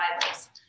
Bibles